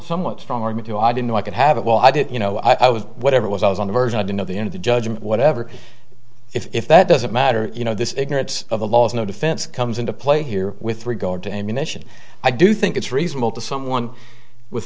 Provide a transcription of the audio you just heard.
somewhat from me too i didn't know i could have it well i did you know i was whatever it was i was on the verge i didn't know the end of the judgment whatever if that doesn't matter you know this ignorance of the law is no defense comes into play here with regard to ammunition i do think it's reasonable to someone with